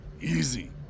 easy